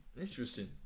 Interesting